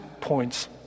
points